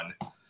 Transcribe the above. one